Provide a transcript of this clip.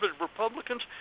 Republicans